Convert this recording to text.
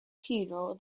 funeral